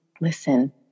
listen